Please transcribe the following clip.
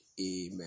amen